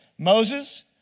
Moses